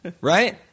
right